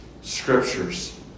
Scriptures